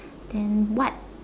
then what